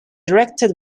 directed